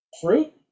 fruit